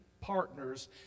partners